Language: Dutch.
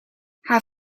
haar